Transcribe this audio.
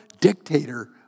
dictator